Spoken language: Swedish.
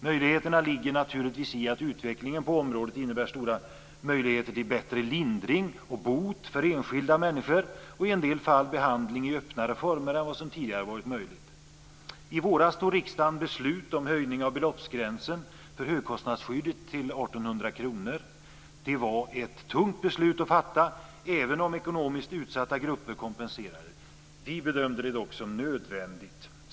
Möjligheterna ligger naturligtvis i att utvecklingen på området innebär stora möjligheter till bättre lindring och bot för enskilda människor och i en del fall behandling i öppnare former än vad som tidigare varit möjligt. Det var ett tungt beslut att fatta, även om ekonomiskt utsatta grupper kompenserades. Vi bedömde det dock som nödvändigt.